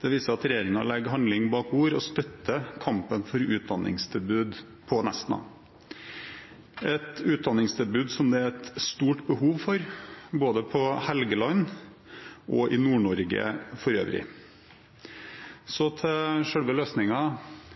det er et stort behov for, både på Helgeland og i Nord-Norge for øvrig. Så til selve løsningen: